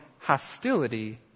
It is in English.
hostility